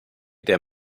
der